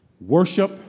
Worship